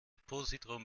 positron